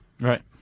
Right